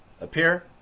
appear